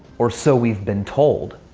or so we've been told.